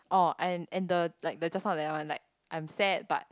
oh and and the like the just now that one like I'm sad but